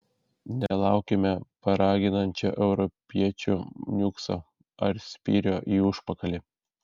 nelaukime paraginančio europiečių niukso ar spyrio į užpakalį